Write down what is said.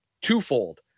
twofold